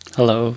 Hello